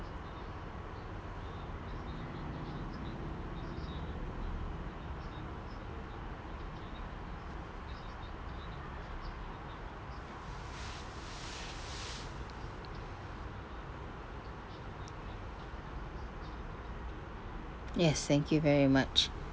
yes thank you very much